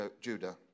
Judah